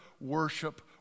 worship